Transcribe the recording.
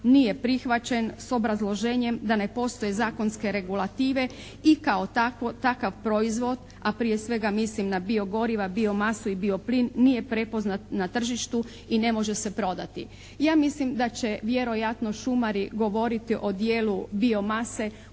nije prihvaćen s obrazloženjem da ne postoje zakonske regulative i kao takav proizvod, a prije svega mislim na bio-goriva, bio-masu i bio-plin nije prepoznat na tržištu i ne može se prodati. Ja mislim da će vjerojatno šumari govoriti o dijelu bio-mase